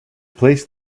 placed